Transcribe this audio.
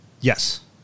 Yes